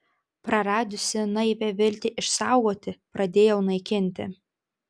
praradusi naivią viltį išsaugoti pradėjau naikinti